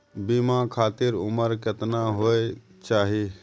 बीमा खातिर उमर केतना होय चाही?